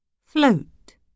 Float